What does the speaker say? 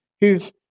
who've